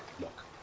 Look